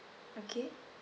okay